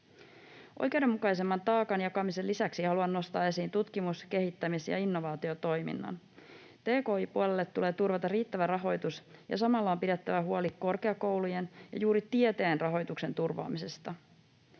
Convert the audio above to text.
Oikeudenmukaisemman taakanjakamisen lisäksi haluan nostaa esiin tutkimus-, kehittämis- ja innovaatiotoiminnan. Tki-puolelle tulee turvata riittävä rahoitus, ja samalla on pidettävä huoli korkeakoulujen ja juuri tieteen rahoituksen turvaamisesta.